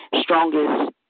strongest